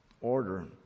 order